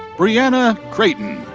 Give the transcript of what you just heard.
bryanna crayton.